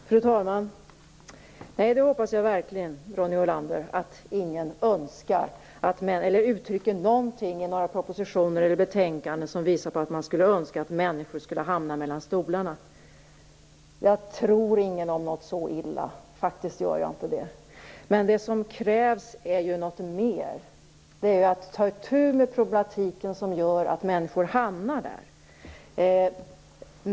Fru talman! Nej, jag hoppas verkligen, Ronny Olander, att ingen uttrycker någonting i några propositioner eller betänkanden som visar på att man skulle önska att människor hamnar mellan stolarna. Jag tror ingen om något så illa, det gör jag faktiskt inte. Men det som krävs är ju något mer. Det är att ta itu med den problematik som gör att människor hamnar där.